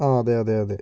ആ അതെ അതെ അതെ